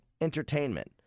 entertainment